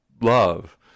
love